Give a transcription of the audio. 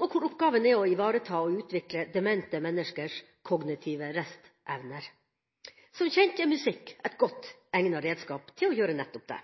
og hvor oppgaven er å ivareta og utvikle demente menneskers kognitive restevner. Som kjent er musikk et godt egnet redskap til å gjøre nettopp det.